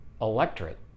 electorate